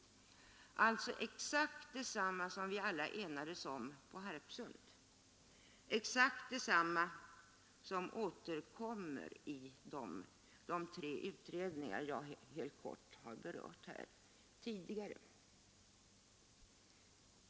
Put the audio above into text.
Det är alltså exakt detsamma som vi alla enades om på Harpsund och som återkommer i de tre utredningar jag tidigare helt kort har berört.